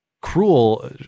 cruel